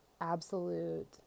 absolute